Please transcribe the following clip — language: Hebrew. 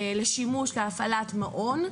לשימוש להפעלת מעון,